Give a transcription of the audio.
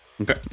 Okay